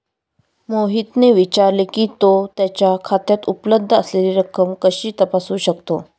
मोहितने विचारले की, तो त्याच्या खात्यात उपलब्ध असलेली रक्कम कशी तपासू शकतो?